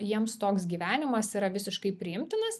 jiems toks gyvenimas yra visiškai priimtinas